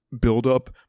buildup